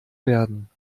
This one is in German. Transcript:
werden